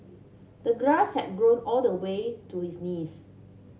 the grass had grown all the way to his knees